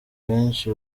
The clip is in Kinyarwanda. benshi